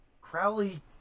Crowley